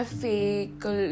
fake